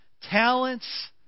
talents